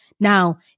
Now